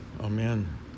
Amen